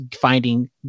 finding